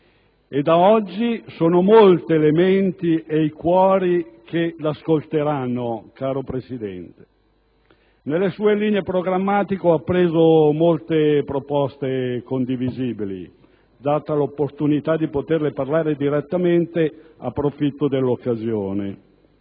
e da oggi sono molte le menti ed i cuori che l'ascolteranno, caro Presidente. Dall'esposizione delle sue linee programmatiche ho appreso molte proposte condivisibili e, considerata l'opportunità di poterle parlare direttamente, approfitto dell'occasione.